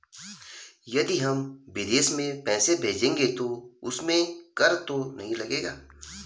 यदि हम विदेश में पैसे भेजेंगे तो उसमें कर तो नहीं लगेगा?